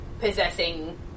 possessing